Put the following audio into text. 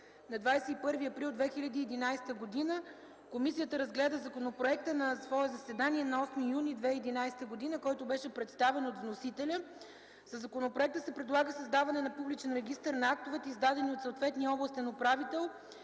на 21 април 2011 г. Комисията разгледа законопроекта на свое заседание на 8 юли 2011 г., който беше представен от вносителя. Със законопроекта се предлага създаване на публичен регистър на актовете, издадени от съответния областен управител,